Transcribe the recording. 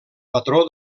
patró